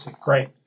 Great